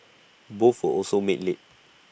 both were also made late